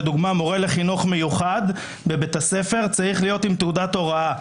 לדוגמה מורה לחינוך מיוחד בבית הספר צריך להיות עם תעודת הוראה.